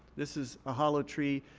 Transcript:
this is a hollow tree.